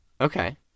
Okay